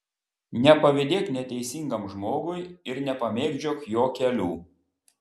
nepavydėk neteisingam žmogui ir nepamėgdžiok jo kelių